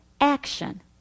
action